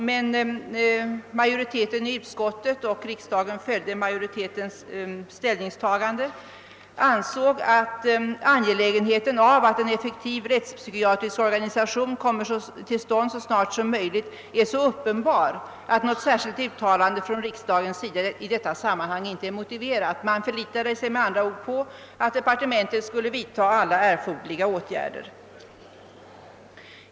Men majoriteten i utskottet — och riksdagen följde majoritetens ställningstagande — ansåg att angelägenheten av att en effektiv rättspsykiatrisk organisation kom till stånd så snart som möjligt var så uppenbar, att något särskilt uttalande från riksdagens sida inte var motiverat. Man förlitade sig med andra ord på att departementet skulle vidta alla erforderliga åtgärder.